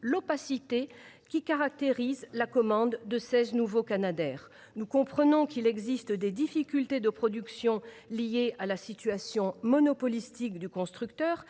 l’opacité qui caractérise la commande des seize nouveaux canadairs. Nous comprenons qu’il existe des difficultés de production liées à la situation monopolistique du constructeur.